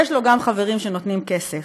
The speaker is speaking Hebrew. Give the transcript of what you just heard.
יש לו גם חברים שנותנים כסף,